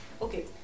okay